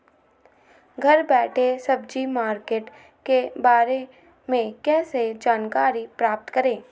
घर बैठे सब्जी मार्केट के बारे में कैसे जानकारी प्राप्त करें?